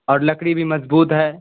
اور لکڑی بھی مضبوط ہے